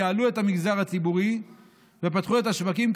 ייעלו את המגזר הציבורי ופתחו את השווקים,